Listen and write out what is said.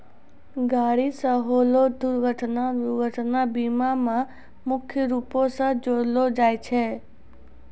गाड़ी से होलो दुर्घटना दुर्घटना बीमा मे मुख्य रूपो से जोड़लो जाय छै